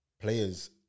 players